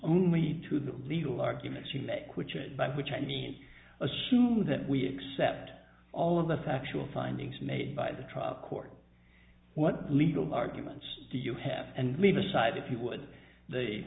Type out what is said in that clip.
only to the legal arguments you make which by which i mean assuming that we accept all of the factual findings made by the trial court what legal arguments do you have and mean aside if you would they